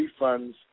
refunds